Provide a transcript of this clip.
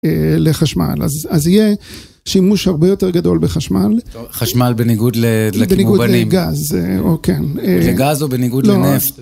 לחשמל, אז יהיה שימוש הרבה יותר גדול בחשמל. חשמל בניגוד לגז או בניגוד לנפט.